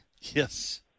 Yes